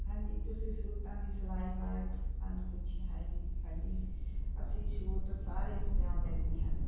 ਹਾਂਜੀ ਤੁਸੀਂ ਸੂਟਾਂ ਦੀ ਸਿਲਾਈ ਬਾਰੇ ਸਾਨੂੰ ਪੁੱਛਿਆ ਹੈ ਜੀ ਹਾਂਜੀ ਅਸੀਂ ਸੂਟ ਸਾਰੇ ਸਿਓ ਲੈਂਦੇ ਹਨ